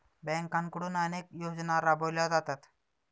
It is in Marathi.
बँकांकडून अनेक योजना राबवल्या जातात